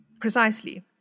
Precisely